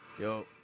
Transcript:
Yo